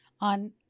on